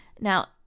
Now